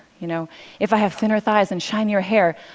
you know if i have thinner thighs and shinier hair,